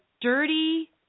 dirty